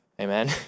Amen